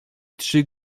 trzy